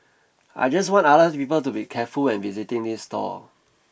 I just want others people to be careful when visiting this stall